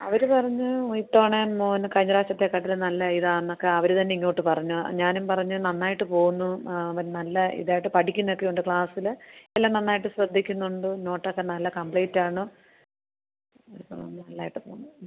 അവർ പറഞ്ഞു ഇത്തവണ മോന് കഴിഞ്ഞ പ്രാവശ്യത്തേക്കാളും നല്ല ഇതാണ് എന്നൊക്കെ അവർ തന്നെ ഇങ്ങോട്ട് പറഞ്ഞു ഞാനും പറഞ്ഞു നന്നായിട്ട് പോവുന്നു ആ അവൻ നല്ല ഇതായിട്ട് പഠിക്കുന്നു എന്നൊക്കെ ഉണ്ട് ക്ലാസിൽ എല്ലാം നന്നായിട്ട് ശ്രദ്ധിക്കുന്നുണ്ട് നോട്ടൊക്കെ നല്ല കംപ്ലീറ്റ് ആണ് അതൊക്കെ നമ്മൾ നല്ലതായിട്ട് പോവുന്നു